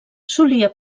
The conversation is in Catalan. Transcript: solia